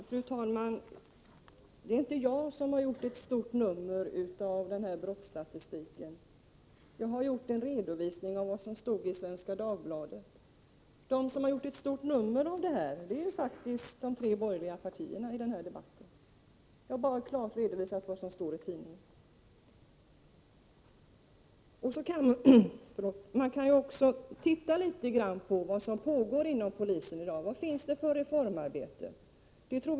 Fru talman! Det är inte jag som har gjort ett stort nummer av den här brottsstatistiken, jag har bara redovisat vad som stod i Svenska Dagbladet. De som har gjort ett stort nummer av detta är faktiskt de tre borgerliga partiernas representanter i den här debatten. Jag har bara klart redovisat vad som stod i tidningen. Man kan också studera vad som pågår inom polisen i dag. Vilket reformarbete pågår?